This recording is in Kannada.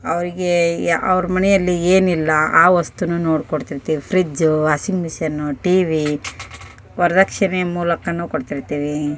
ಅವ್ರಿಗೆ ಅವ್ರ ಮನೆಯಲ್ಲಿ ಏನು ಇಲ್ಲ ಆ ವಸ್ತುನು ನೋಡಿ ಕೊಡ್ತಿರ್ತೀವಿ fridge washing machine T V ವರದಕ್ಷಿಣೆ ಮೂಲಕನು ಕೊಡ್ತಿರ್ತೀವಿ